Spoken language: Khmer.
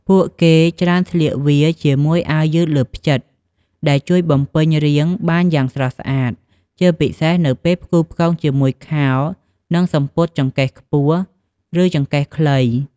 ពួកគេច្រើនស្លៀកវាជាមួយអាវលើផ្ចិត ដែលជួយបញ្ចេញរាងបានយ៉ាងស្រស់ស្អាត ជាពិសេសនៅពេលផ្គូផ្គងជាមួយខោ និងសំពត់ចង្កេះខ្ពស់ ឬចង្កេះខ្លី។